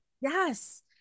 yes